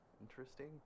interesting